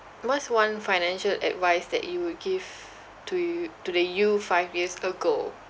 what's one financial advice that you would give to you to the you five years ago